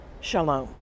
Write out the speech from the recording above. Shalom